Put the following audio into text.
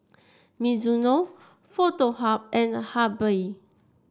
Mizuno Foto Hub and Habibie